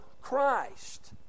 Christ